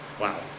Wow